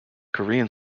korean